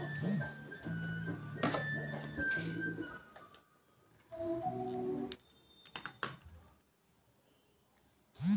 ಖರ್ಜೂರದ ಹಣ್ಣಿನಲ್ಲಿ ಕಬ್ಬಿಣ ಮತ್ತು ಫೈಬರ್ ಅಂಶ ಹೆಚ್ಚಾಗಿದೆ